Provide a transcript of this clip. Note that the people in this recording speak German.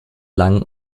lang